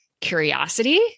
curiosity